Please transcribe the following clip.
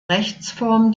rechtsform